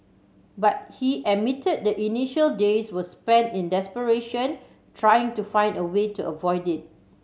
but he admitted the initial days were spent in desperation trying to find a way to avoid it